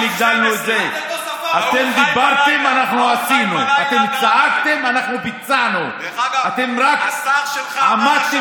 אתם העליתם לנורבגים, אתם העליתם